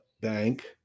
bank